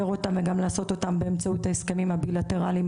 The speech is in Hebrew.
אותם וגם לעשות אותם באמצעות ההסכמים הבילטראליים,